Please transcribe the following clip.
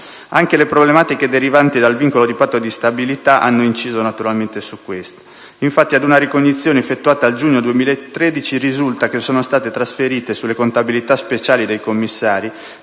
Anche le problematiche derivanti dal vincolo di Patto di stabilità hanno inciso naturalmente su questo. Infatti, ad una ricognizione effettuata al giugno 2013, risulta che sono state trasferiti sulle contabilità speciali dei commissari